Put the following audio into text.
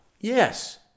Yes